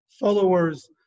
followers